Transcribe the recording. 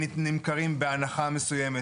שנמכרים בהנחה מסוימת.